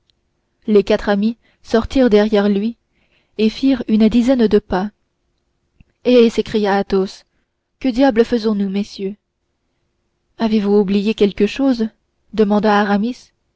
les quatre amis sortirent derrière lui et firent une dizaine de pas eh s'écria athos que diable faisons-nous messieurs avez-vous oublié quelque chose demanda